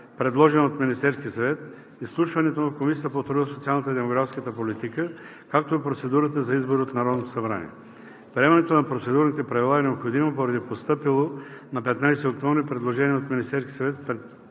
предложен от Министерския съвет, изслушването му в Комисията по труда, социалната и демографската политика, както и процедурата за избор от Народното събрание. Приемането на Процедурните правила е необходимо поради постъпило на 15 октомври предложение от Министерския съвет